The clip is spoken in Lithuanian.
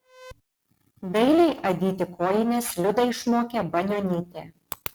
dailiai adyti kojines liudą išmokė banionytė